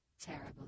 terrible